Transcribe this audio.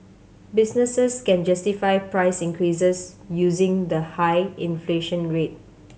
businesses can justify price increases using the high inflation rate